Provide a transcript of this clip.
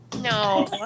No